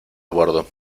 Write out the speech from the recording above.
bordo